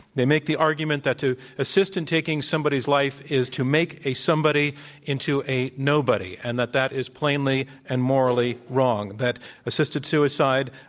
they make the argument that to assist in taking somebody's life is to make a somebody into a nobody and that that is plainly and morally wrong that assisted suicide,